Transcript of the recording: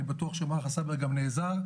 אני בטוח שגם מערך הסייבר גם נעזר.